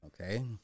Okay